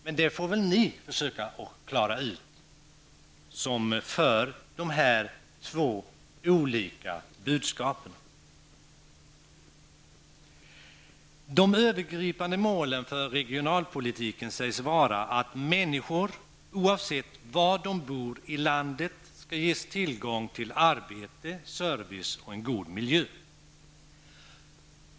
Men det får väl de som för fram dessa två olika budskap försöka klara ut. De övergripande målen för regionalpolitiken sägs vara att människor oavsett var i landet de bor skall ges tillgång till arbete, service och en god miljö.